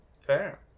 Fair